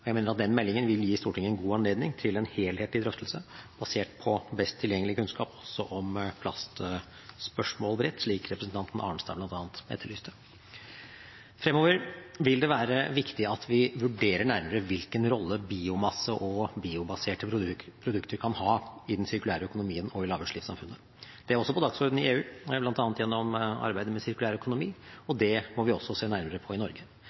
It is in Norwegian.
Jeg mener at den meldingen vil gi Stortinget en god anledning til en helhetlig drøftelse basert på best tilgjengelig kunnskap, også om plastspørsmål, slik representanten Arnstad bl.a. etterlyste. Fremover vil det være viktig at vi vurderer nærmere hvilken rolle biomasse og biobaserte produkter kan ha i den sirkulære økonomien og i lavutslippssamfunnet. Det er også på dagsordenen i EU, bl.a. gjennom arbeidet med sirkulær økonomi, og det må vi også se nærmere på i Norge.